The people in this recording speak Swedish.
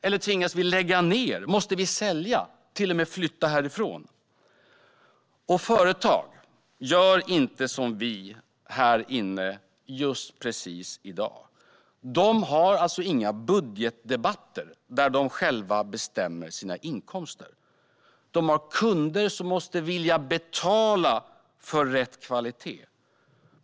Eller tvingas vi lägga ned? Måste vi sälja, eller till och med flytta härifrån? Företag gör inte som vi här inne just precis i dag. De har inga budgetdebatter där de själva bestämmer sina inkomster. De har kunder som måste vilja betala för rätt kvalitet.